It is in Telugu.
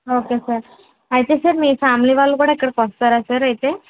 ఓకే సార్ అయితే సార్ మీ ఫ్యామిలీ వాళ్ళు కూడా ఇక్కడికి వస్తారా సార్ అయితే